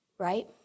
right